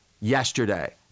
yesterday